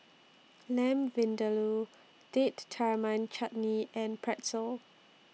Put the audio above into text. Lamb Vindaloo Date Tamarind Chutney and Pretzel